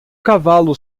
cavalo